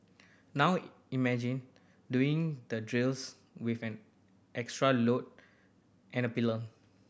now imagine doing the drills with an extra load and a pillion